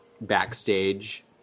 backstage